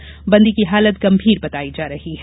कैदी की हालत गंभीर बतायी जा रही है